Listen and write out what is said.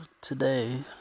today